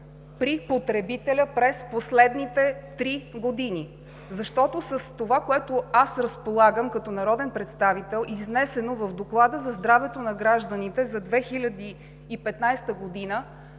при потребителя през последните три години? Защото с това, което разполагам като народен представител, изнесено в Доклада за здравето на гражданите за 2015 г.,